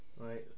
Right